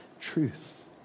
truth